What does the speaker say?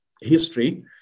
history